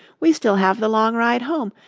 we still have the long ride home,